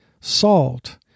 salt